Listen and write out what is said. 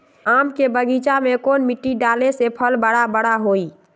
आम के बगीचा में कौन मिट्टी डाले से फल बारा बारा होई?